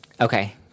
Okay